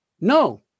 No